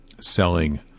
selling